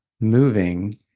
moving